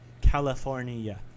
California